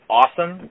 awesome